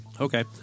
Okay